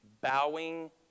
Bowing